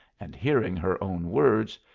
and hearing her own words,